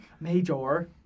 Major